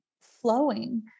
flowing